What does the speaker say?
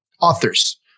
authors